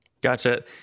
Gotcha